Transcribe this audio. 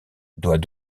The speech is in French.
doit